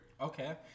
Okay